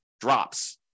drops